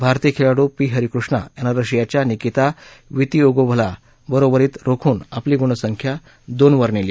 भारतीय खेळाडू पी हरिकृष्णा यानं रशियाच्या निकिता वितिउगोव्हला बरोबरीत रोखून आपली गुणसंख्या दोनवर नेली